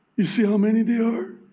you see how many they are?